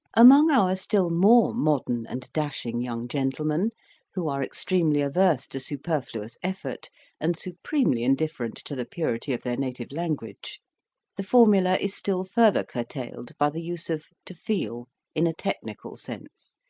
among our still more modern and dashing young gentlemen who are extremely averse to superfluous effort and supremely indifferent to the purity of their native language the formula is still further curtailed by the use of to feel in a technical sense,